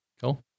Cool